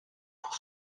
pour